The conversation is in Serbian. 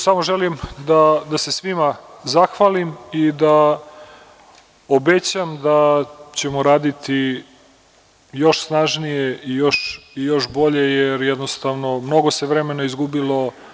Samo želim da se svima zahvalim i da obećam da ćemo raditi još snažnije i još bolje jer jednostavno mnogo se vremena izgubilo.